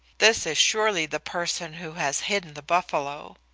this is surely the person who has hidden the buffalo.